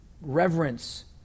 reverence